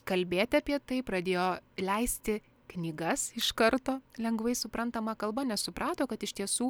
kalbėti apie tai pradėjo leisti knygas iš karto lengvai suprantama kalba nes suprato kad iš tiesų